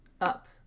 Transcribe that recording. Up